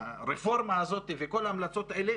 הרפורמה הזאת וכל ההמלצות האלה